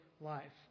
life